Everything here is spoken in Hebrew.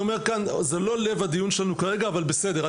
זה לא לב הדיון שלנו כרגע, אבל בסדר.